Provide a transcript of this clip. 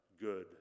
good